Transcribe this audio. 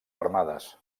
armades